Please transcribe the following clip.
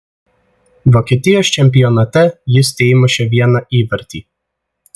vokietijos čempionate jis teįmušė vieną įvartį